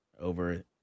over